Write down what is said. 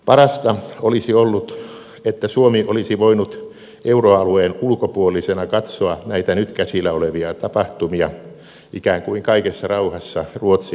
parasta olisi ollut että suomi olisi voinut euroalueen ulkopuolisena katsoa näitä nyt käsillä olevia tapahtumia ikään kuin kaikessa rauhassa ruotsin tavoin